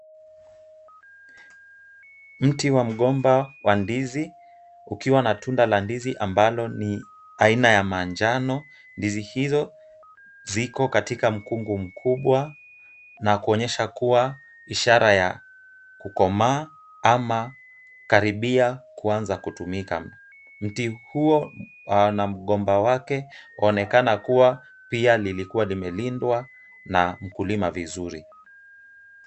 Mti wa mgomba wa ndizi ukiwa na tunda la ndizi ambalo ni aina ya manjano. Ndizi hizo ziko katika mkungu mkubwa na kuonyesha kuwa ishara ya kukomaa ama karibia kuanza kutumika. Mti huo na mgomba wake waonekana kuwa pia lilikua limelindwa na mkulima vizuri.